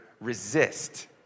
resist